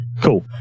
cool